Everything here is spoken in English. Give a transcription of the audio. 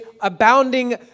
abounding